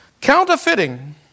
Counterfeiting